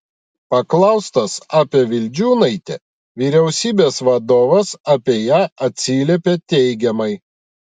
paklaustas apie vildžiūnaitę vyriausybės vadovas apie ją atsiliepė teigiamai